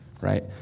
right